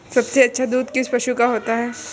सबसे अच्छा दूध किस पशु का होता है?